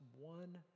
one